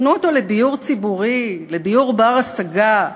תנו אותו לדיור ציבורי, לדיור בר-השגה,